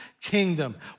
kingdom